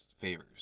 favors